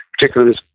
particularly,